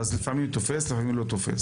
אז לפעמים זה תופס, לפעמים לא תופס.